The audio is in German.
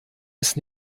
ist